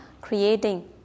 creating